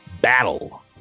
battle